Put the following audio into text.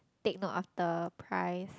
take note of the price